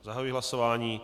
Zahajuji hlasování.